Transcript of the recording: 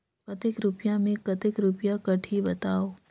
कतेक रुपिया मे कतेक रुपिया कटही बताव?